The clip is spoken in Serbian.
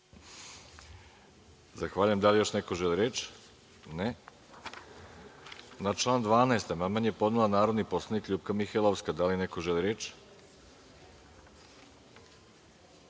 Zahvaljujem. Da li još neko želi reč? (Ne.)Na član 12. amandman je podnela narodni poslanik LJupka Mihajlovska. Da li neko želi reč?